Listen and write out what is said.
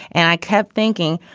and i kept thinking,